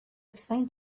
explain